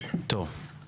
לא.